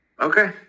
Okay